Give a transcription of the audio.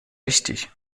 wichtig